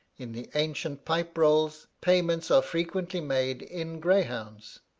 in the ancient pipe-rolls, payments are frequently made in greyhounds.